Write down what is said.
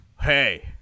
Hey